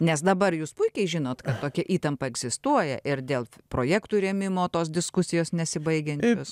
nes dabar jūs puikiai žinot kad tokia įtampa egzistuoja ir dėl projektų rėmimo tos diskusijos nesibaigiančios